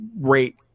rate